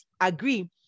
agree